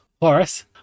Horace